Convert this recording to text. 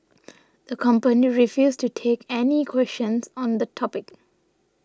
the company refused to take any questions on the topic